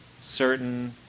certain